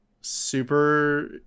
super